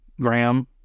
Graham